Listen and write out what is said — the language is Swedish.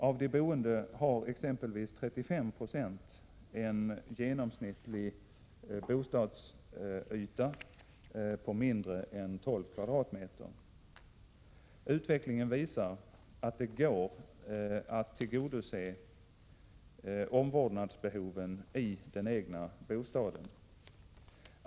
Av de boende har exempelvis 35 Jo en genomsnittlig bostadsyta på mindre än 12 m?. Utvecklingen visar att det går att tillgodose omvårdnadsbehoven i den egna bostaden.